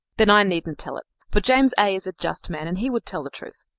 then i needn't tell it, for james a. is a just man and he would tell the truth.